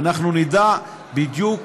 אנחנו נדע בדיוק